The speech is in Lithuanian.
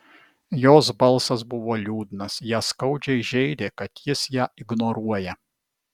jos balsas buvo liūdnas ją skaudžiai žeidė kad jis ją ignoruoja